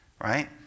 Right